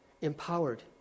empowered